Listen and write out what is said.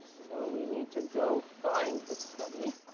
so we need to go find the study.